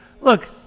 look